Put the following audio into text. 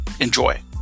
Enjoy